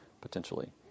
potentially